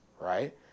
right